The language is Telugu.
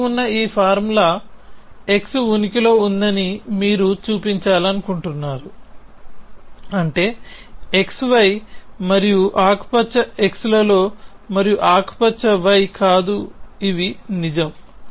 x ఉన్న ఈ ఫార్ములా x ఉనికిలో ఉందని మీరు చూపించాలనుకుంటున్నారు అంటే xy మరియు ఆకుపచ్చ x లలో మరియు ఆకుపచ్చ y కాదు ఇవి నిజం